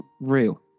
real